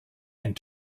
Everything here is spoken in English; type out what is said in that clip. and